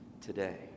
today